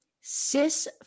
cis